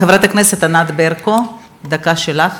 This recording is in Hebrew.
חברת הכנסת ענת ברקו, דקה שלך.